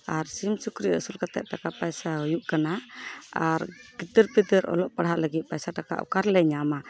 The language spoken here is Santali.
ᱟᱨ ᱥᱤᱢ ᱥᱩᱠᱨᱤ ᱟᱹᱥᱩᱞ ᱠᱟᱛᱮᱫ ᱴᱟᱠᱟ ᱯᱚᱭᱥᱟ ᱦᱩᱭᱩᱜ ᱠᱟᱱᱟ ᱟᱨ ᱜᱤᱫᱟᱹᱨᱼᱯᱤᱫᱟᱹᱨ ᱚᱞᱚᱜ ᱯᱟᱲᱦᱟᱜ ᱞᱟᱹᱜᱤᱫ ᱯᱟᱭᱥᱟ ᱴᱟᱠᱟ ᱚᱠᱟ ᱨᱮᱞᱮ ᱧᱟᱢᱟ